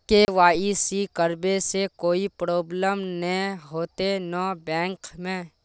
KYC करबे से कोई प्रॉब्लम नय होते न बैंक में?